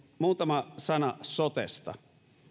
muutama sana sotesta